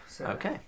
Okay